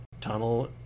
Tunnel